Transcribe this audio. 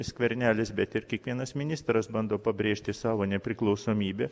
skvernelis bet ir kiekvienas ministras bando pabrėžti savo nepriklausomybę